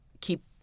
keep